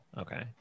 Okay